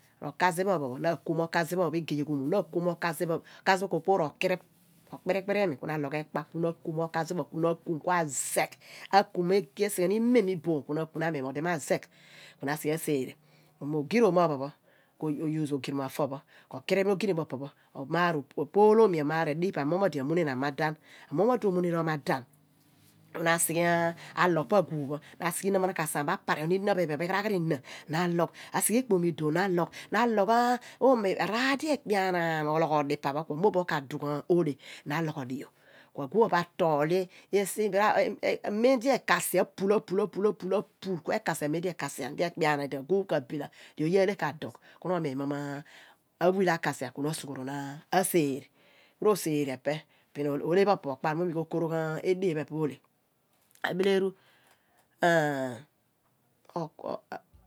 K ro kazi pho phon pho na kum okazi pho okazi pho ko porokrip okpiri kpirium ku na alogh ekpa ku na kum okazi pho ku na kum ku azegh ku esighe mem iboom ku miin mo odi na zeqh ku sique asereh iyo ogiron ogiron mo pho pho ko use pho oghirom ofor pho ko krip oghirom mo opo pho omaar opolomi amum mo odi amuneen amadan na sighe alogh pa aguugh pho na sighe innah na parion na logh na sique ikpanidoony na logh kar di ekaanan ni ologhodi ipa pho ku mooboph pho kadugh oleh ku aguugh atol apul akasian ku na ro miin mo ma phul akasian ku na sughuron asereh ko sereh epe oleh pho po pho okphar mo migh okoroqh oleh ebile eru